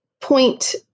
point